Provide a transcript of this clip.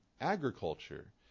agriculture